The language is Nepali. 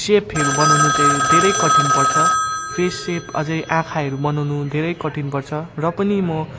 सेपहरू बनाउनु चाहिँ धेरै कठिन पर्छ फेस सेप अझै आँखाहरू बनाउनु धेरै कठिन पर्छ र पनि म